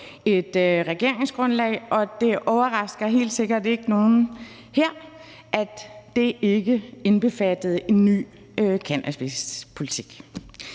et regeringsgrundlag, og det overrasker helt sikkert ikke nogen her, at det ikke indbefattede en ny cannabispolitik.